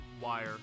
Wire